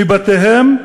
מבתיהם,